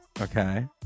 Okay